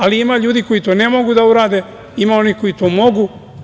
Ali, ima ljudi koji to ne mogu da urade, ima onih koji to mogu.